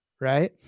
right